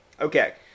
Okay